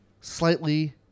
Slightly